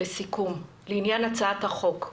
לסיכום, לעניין הצעת החוק,